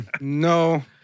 No